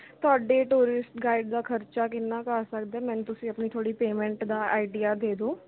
ਤੁਹਾਡੇ tourist guide ਦਾ ਖਰਚਾ ਕਿੰਨਾ ਕੁ ਆ ਸਕਦਾ ਮੈਨੂੰ ਤੁਸੀਂ ਆਪਣੀ ਥੋੜ੍ਹੀ ਪੇਮੈਂਟ ਦਾ ਆਈਡੀਆ ਦੇ ਦਿਓ